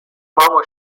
مشتاقانه